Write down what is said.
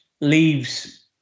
leaves